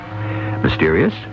Mysterious